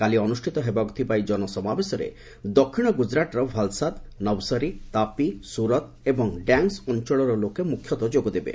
କାଲି ଅନୁଷ୍ଠିତ ହେବାକୁ ଥିବା ଏହି ଜନସମାବେଶରେ ଦକ୍ଷିଣ ଗୁଜ୍ରାଟର ମୁଖ୍ୟତଃ ଭାଲସାଦ ନଭସରୀତାପି ସୁରତ୍ ଏବଂ ଡ୍ୟାଙ୍ଗସ୍ ଅଞ୍ଚଳର ଲୋକେ ମୁଖ୍ୟତଃ ଯୋଗଦେବେ